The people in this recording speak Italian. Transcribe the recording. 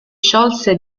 sciolse